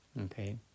Okay